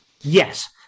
Yes